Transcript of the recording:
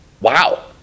Wow